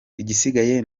igisigaye